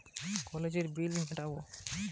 কিভাবে স্কুল কলেজের বিল মিটাব?